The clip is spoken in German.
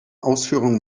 ausführungen